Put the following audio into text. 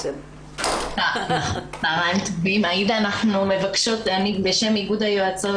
עאידה בשם איגוד היועצות,